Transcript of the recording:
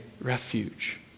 refuge